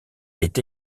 est